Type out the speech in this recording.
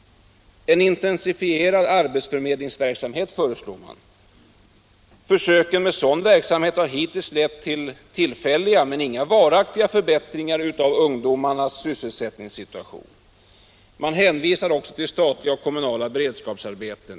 En intensifierad arbetsförmedlingsverksamhet föreslår man. Försök med en sådan verksamhet har hittills lett till tillfälliga — men inga varaktiga — förbättringar av ungdomarnas sysselsättningssituation. Man hänvisar också till statliga och kommunala beredskapsarbeten.